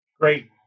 Great